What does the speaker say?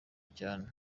cyane